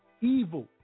evil